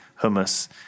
hummus